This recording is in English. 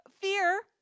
fear